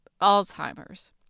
Alzheimer's